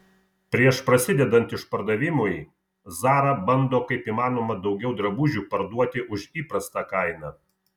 prieš prasidedant išpardavimui zara bando kaip įmanoma daugiau drabužių parduoti už įprastą kainą